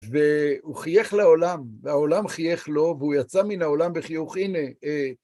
והוא חייך לעולם, והעולם חייך לו, והוא יצא מן העולם בחיוך, הנה...